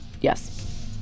yes